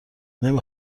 نمی